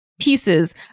pieces